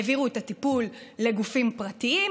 העבירו את הטיפול לגופים פרטיים,